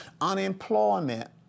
unemployment